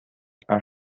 are